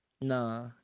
nah